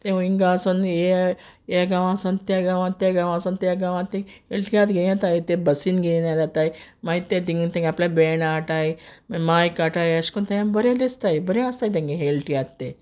ते हुंय इंगा सोन हे हे गांवां सोन ते गांवां ते गांवां सोन ते गांवां तींग हेळ तियात्र घेन येताय ते बसीन घेन येताय मागी ते तींग तींग आपणागे बॅन्ड आटाय मायक आटाय अेश कोन ते बोरे ते आसताय बोरे आसताय तेंगे हेळ तियात्र ते